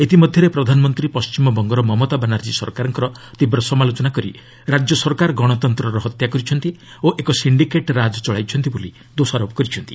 ଇତିମଧ୍ୟରେ ପ୍ରଧାନମନ୍ତ୍ରୀ ପଣ୍ଟିମବଙ୍ଗର ମମତା ବାନାର୍ଜୀ ସରକାରଙ୍କର ତୀବ୍ର ସମାଲୋଚନା କରି ରାଜ୍ୟ ସରକାର ଗଣତନ୍ତ୍ରର ହତ୍ୟା କରିଛନ୍ତି ଓ ଏକ ସିଣ୍ଡିକେଟ୍ ରାଜ ଚଳାଇଛନ୍ତି ବୋଲି ଦୋଷାରୋପ କରିଛନ୍ତି